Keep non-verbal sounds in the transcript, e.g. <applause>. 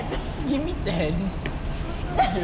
<laughs> give me ten kau kelakar jer